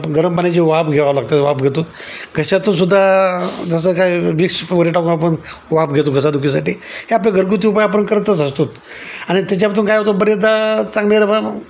गरम पाण्याची वाफ घ्यावं लागतं वाफ घेतो घशातूनसुद्धा जसं काय विक्स वगैरे टाकून आपण वाफ घेतो घसादुखीसाठी हे आपले घरगुती उपाय आपण करतच असतो आणि त्याच्यातून काय होतं बरेचदा चांगले र बा